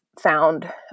found